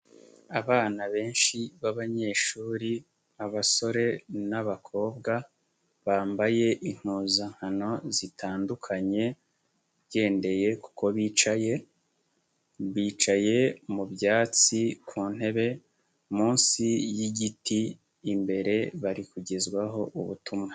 Abana benshi b'abanyeshuri, abasore n'abakobwa bambaye impuzankano zitandukanye, ugendeye kuko bicaye, bicaye mu byatsi ku ntebe munsi yigiti, imbere bari kugezwaho ubutumwa.